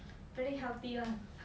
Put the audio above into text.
very healthy [one]